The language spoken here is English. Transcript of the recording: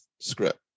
script